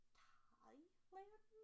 Thailand